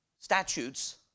statutes